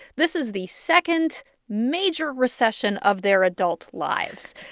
this is the second major recession of their adult lives.